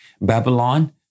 Babylon